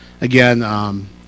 Again